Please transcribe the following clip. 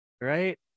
Right